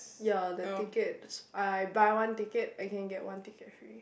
ya the tickets I buy one ticket I can get one ticket free